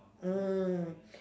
mm